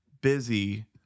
busy